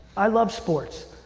i love sports.